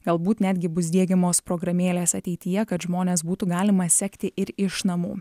galbūt netgi bus diegiamos programėlės ateityje kad žmones būtų galima sekti ir iš namų